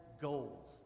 goals